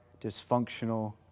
dysfunctional